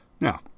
Now